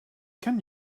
can